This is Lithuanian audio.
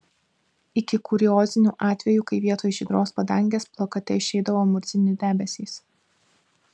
iki kuriozinių atvejų kai vietoj žydros padangės plakate išeidavo murzini debesys